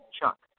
Chuck